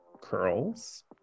curls